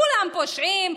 כולם פושעים,